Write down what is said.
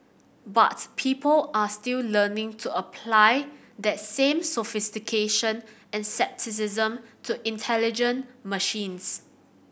but people are still learning to apply that same sophistication and scepticism to intelligent machines